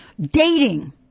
Dating